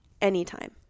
anytime